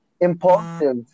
impulsive